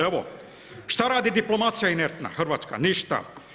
Evo, što radi diplomacija inertna, Hrvatska, ništa.